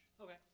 Okay